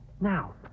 Now